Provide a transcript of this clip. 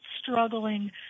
struggling